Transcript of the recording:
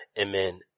amen